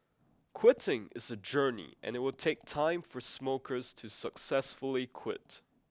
quitting is a journey and it will take time for smokers to successfully quit